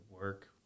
work